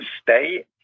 stay